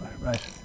right